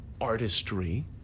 artistry